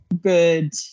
good